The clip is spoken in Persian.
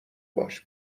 باش